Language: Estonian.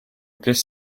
kes